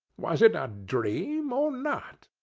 was it a dream or not?